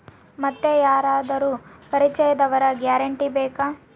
ಮತ್ತೆ ಯಾರಾದರೂ ಪರಿಚಯದವರ ಗ್ಯಾರಂಟಿ ಬೇಕಾ?